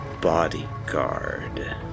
bodyguard